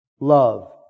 Love